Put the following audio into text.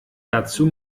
dazu